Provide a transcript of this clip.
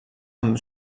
amb